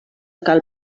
cal